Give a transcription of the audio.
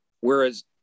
Whereas